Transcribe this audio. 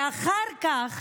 ואחר כך